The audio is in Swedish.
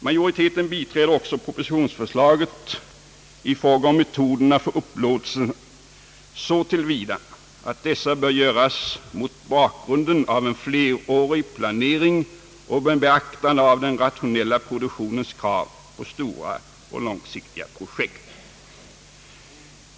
Majoriteten biträder också propositionsförslaget i fråga om metoderna för upplåtelserna så till vida, att dessa bör göras mot bakgrunden av en flerårig planering och med beaktande av den rationella produktionens krav på stora och långsiktiga projekt.